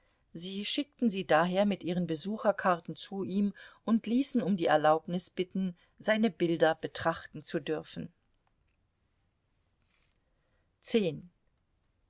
sie schickten sie daher mit ihren besuchskarten zu ihm und ließen um die erlaubnis bitten seine bilder betrachten zu dürfen